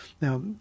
Now